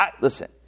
Listen